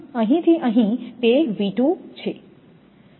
અહીંથી અહીં તે V2 છે